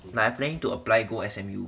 like I'm planning to apply go S_M_U